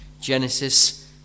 Genesis